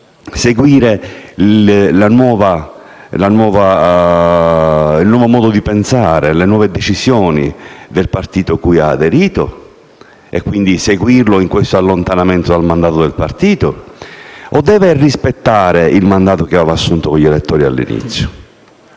fare? Seguire il nuovo modo di pensare, le nuove decisioni del partito cui ha aderito, quindi seguirlo in questo allontanamento dal mandato del partito, o rispettare il mandato che aveva assunto con gli elettori all'inizio?